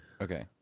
Okay